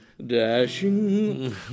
Dashing